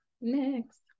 next